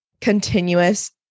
continuous